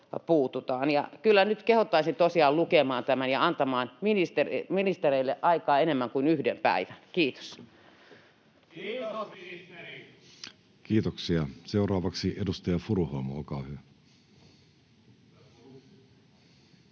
Kyllä nyt kehottaisin tosiaan lukemaan tämän ja antamaan ministereille aikaa enemmän kuin yhden päivän. — Kiitos. [Perussuomalaisten ryhmästä: Kiitos, ministeri!] Kiitoksia. — Seuraavaksi edustaja Furuholm, olkaa hyvä.